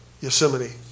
Yosemite